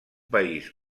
país